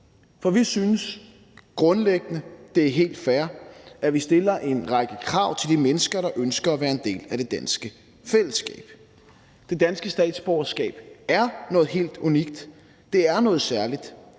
grundlæggende, det er helt fair, at vi stiller en række krav til de mennesker, der ønsker at være en del af det danske fællesskab. Det danske statsborgerskab er noget helt unikt; det er noget særligt.